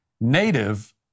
native